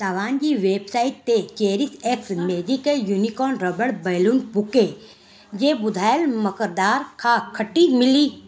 तव्हांजी वेबसाइट ते cherish x magical unicorn rubber balloon bouquet जे ॿुधाइल मक़दार खां घटि मिली